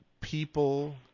people